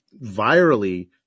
virally